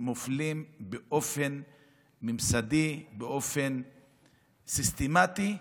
מופלים באופן ממסדי, באופן סיסטמתי,